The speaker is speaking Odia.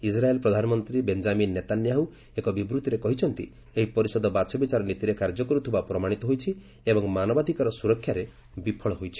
ଇସ୍ରାଏଲ୍ ପ୍ରଧାନମନ୍ତ୍ରୀ ବେଞ୍ଜାମିନ୍ ନେତାନ୍ୟାହୁ ଏକ ବିବୃତ୍ତିରେ କହିଛନ୍ତି ଏହି ପରିଷଦ ବାଛବିଚାର ନୀତିରେ କାର୍ଯ୍ୟ କରୁଥିବା ପ୍ରମାଣିତ ହୋଇଛି ଏବଂ ମାନବାଧିକାର ସ୍ୱରକ୍ଷାରେ ବିଫଳ ହୋଇଛି